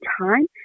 time